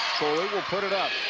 foley will put it up,